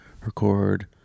record